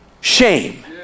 shame